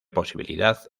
posibilidad